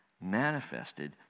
manifested